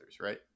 right